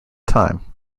time